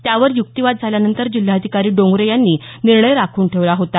त्यावर युक्तीवाद झाल्यानंतर जिल्हाधिकारी डोंगरे यांनी निर्णय राखून ठेवला होता